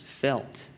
felt